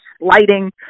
lighting